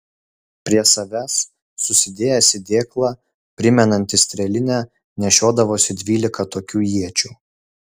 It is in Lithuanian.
prie savęs susidėjęs į dėklą primenantį strėlinę nešiodavosi dvylika tokių iečių